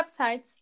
websites